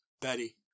Betty